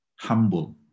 humble